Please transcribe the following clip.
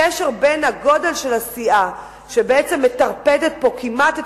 הגודל של הסיעה שבעצם מטרפדת פה כמעט את